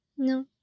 No